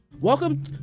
Welcome